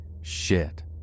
Shit